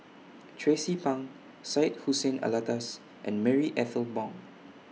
Tracie Pang Syed Hussein Alatas and Marie Ethel Bong